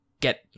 get